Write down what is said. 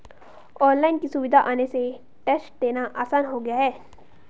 online की सुविधा आने से टेस्ट देना आसान हो गया है